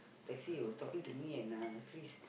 taxi he was talking to me and uh Chris